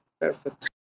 Perfect